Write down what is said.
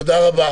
אתה לא מכיר